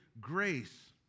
grace